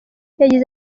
yagize